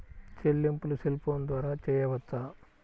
చెల్లింపులు cell phone ద్వారా చేయవచ్చా?